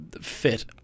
fit